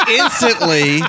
instantly